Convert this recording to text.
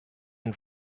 and